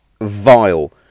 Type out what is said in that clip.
vile